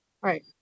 Right